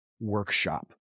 workshop